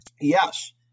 yes